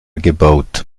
gebaut